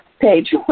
Page